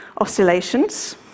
oscillations